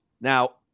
Now